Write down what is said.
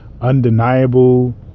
undeniable